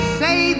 say